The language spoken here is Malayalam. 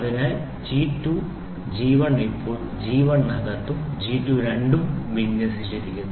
അതിനാൽ ജി 2 ജി 1 ഇപ്പോൾ ജി 1 അകത്തും ജി 2 രണ്ടും വിന്യസിച്ചിരിക്കുന്നു